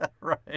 right